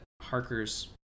Harker's